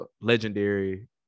legendary